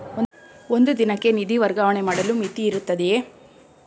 ಒಂದು ದಿನಕ್ಕೆ ನಿಧಿ ವರ್ಗಾವಣೆ ಮಾಡಲು ಮಿತಿಯಿರುತ್ತದೆಯೇ?